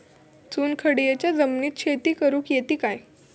चुनखडीयेच्या जमिनीत शेती करुक येता काय?